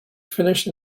finished